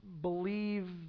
believe